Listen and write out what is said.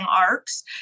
arcs